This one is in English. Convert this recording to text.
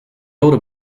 older